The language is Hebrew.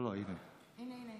אז בבקשה, עד שייתנו לי את